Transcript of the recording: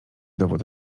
dowód